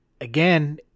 again